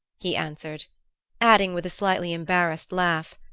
he answered adding with a slightly embarrassed laugh,